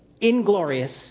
inglorious